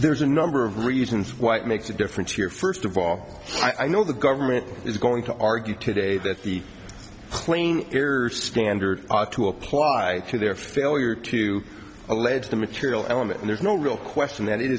there's a number of reasons why it makes a difference here first of all i know the government is going to argue today that the claim air standards ought to apply to their failure to allege the material element and there's no real question that i